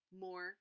more